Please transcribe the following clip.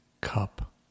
cup